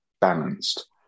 balanced